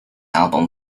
album